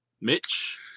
Mitch